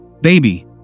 baby